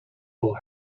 full